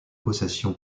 possession